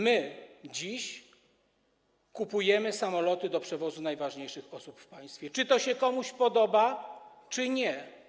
My dziś kupujemy samoloty do przewozu najważniejszych osób w państwie, czy to się komuś podoba, czy nie.